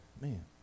man